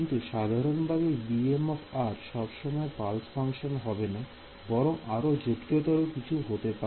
কিন্তু সাধারণভাবে bm সব সময় পালস ফাংশন হবে না বরং আরও জটিলওতর কিছু হতে পারে